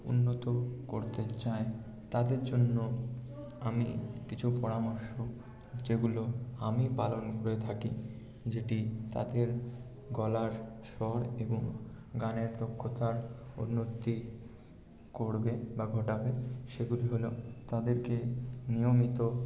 উন্নত করতে চায় তাদের জন্য আমি কিছু পরামর্শ যেগুলো আমি পালন করে থাকি যেটি তাদের গলার স্বর এবং গানের দক্ষতার উন্নতি করবে বা ঘটাবে সেগুলো হল তাদেরকে নিয়মিত